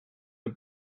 the